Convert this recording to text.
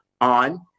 on